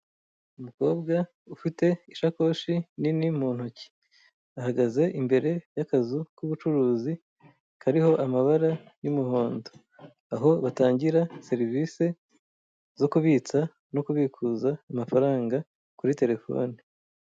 Umukobwa ufite ishakoshi nini mu ntoki ahagaze imbere y'akazu k'ubucuruzi kariho amabara y'umuhondo, aho batangira serivisi zo kubitsa no kubikuza amafaranga kuri terefone.